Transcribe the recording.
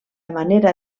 manera